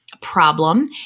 problem